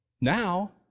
Now